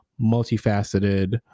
multifaceted